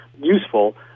useful